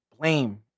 blame